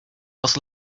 was